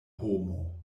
homo